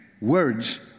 words